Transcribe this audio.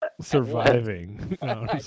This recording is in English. surviving